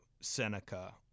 Seneca